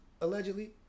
allegedly